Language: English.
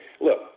Look